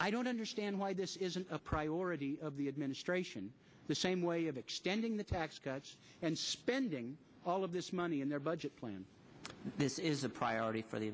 i don't understand why this isn't a priority of the administration the same way of extending the tax cuts and spending all of this money in their budget plan this is a priority for the